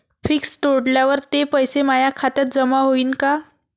Fix तोडल्यावर ते पैसे माया खात्यात जमा होईनं का?